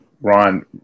Ron